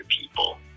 people